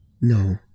No